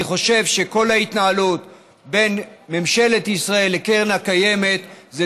אני חושב שכל ההתנהלות בין ממשלת ישראל לקרן הקיימת זו